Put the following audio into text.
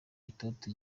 itoto